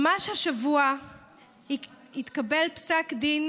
ממש השבוע התקבל פסק דין